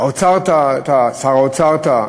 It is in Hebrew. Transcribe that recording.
האוצר טעה, שר האוצר טעה.